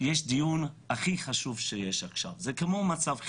ויש דיון חשוב עכשיו, כמו במצב חירום.